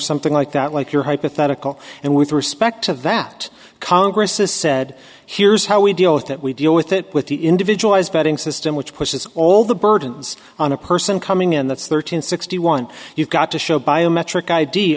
something like that like your hypothetical and with respect to that congress has said here's how we deal with that we deal with it with the individual as vetting system which pushes all the burdens on a person coming in that's thirteen sixty one you've got to show biometric i